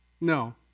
No